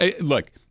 look